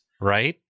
Right